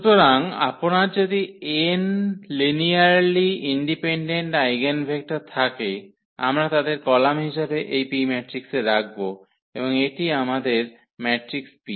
সুতরাং আপনার যদি n লিনিয়ারলি ইন্ডিপেন্ডেন্ট আইগেনভেক্টর থাকে আমরা তাদের কলাম হিসাবে এই P ম্যাট্রিক্সে রাখব এবং এটি আমাদের ম্যাট্রিক্স P